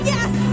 Yes